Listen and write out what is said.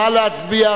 נא להצביע,